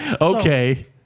Okay